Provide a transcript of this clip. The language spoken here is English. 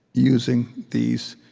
using these